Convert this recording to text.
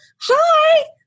hi